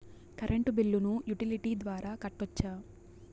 Current బిల్లును utility ద్వారా కట్టొచ్చా?